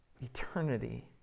eternity